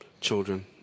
children